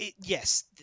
Yes